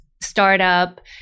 startup